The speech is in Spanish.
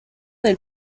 del